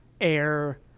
air